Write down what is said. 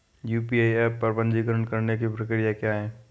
UPI app पर पंजीकरण करने की प्रक्रिया क्या है?